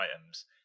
items